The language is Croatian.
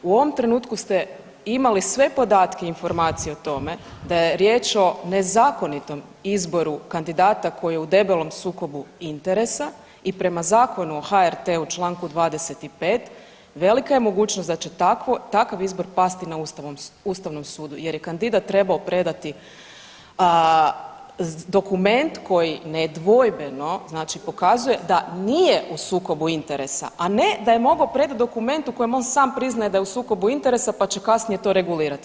U ovom trenutku ste imali sve podatke i informacije o tome da je riječ o nezakonitom izboru kandidata koji je u debelom sukobu interesa i prema Zakonu o HRT-u, Članku 25. velika je mogućnost da će takav izbor pasti na Ustavnom sudu jer je kandidat trebao predao dokument koji nedvojbeno znači pokazuje da nije u sukobu interesa, a ne da je mogao predati dokument u kojem on sam priznaje da je u sukobu interesa pa će kasnije to regulirati.